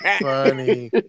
funny